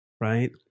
right